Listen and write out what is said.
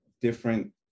different